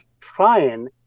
trying